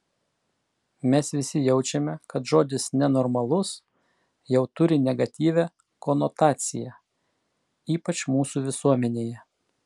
mes visi jaučiame kad žodis nenormalus jau turi negatyvią konotaciją ypač mūsų visuomenėje